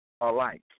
alike